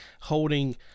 holding